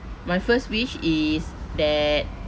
my first wish is that